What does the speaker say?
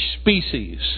species